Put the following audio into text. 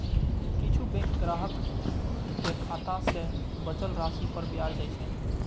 किछु बैंक ग्राहक कें खाता मे बचल राशि पर ब्याज दै छै